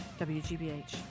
WGBH